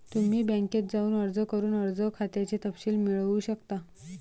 तुम्ही बँकेत जाऊन अर्ज करून कर्ज खात्याचे तपशील मिळवू शकता